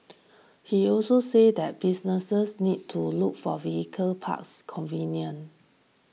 he also said that businesses need to look for vehicle parks convenient